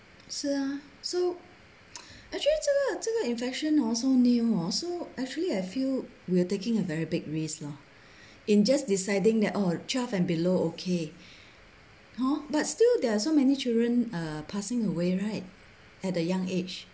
是啊 so actually 这个这个 infection hor so new hor so actually I feel we're taking a very big risk lah in just deciding that orh twelve and below okay hor but still there are so many children are passing away right at a young age